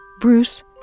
Bruce